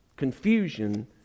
confusion